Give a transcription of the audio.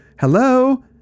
hello